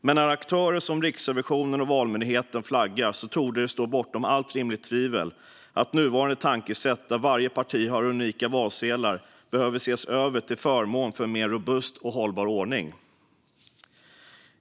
Men när aktörer som Riksrevisionen och Valmyndigheten flaggar torde det stå bortom allt rimligt tvivel att nuvarande tankesätt som går ut på att varje parti har unika valsedlar behöver ses över till förmån för en mer robust och hållbar ordning.